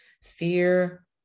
Fear